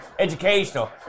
Educational